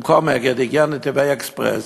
במקום "אגד" הגיעה "נתיבי אקספרס".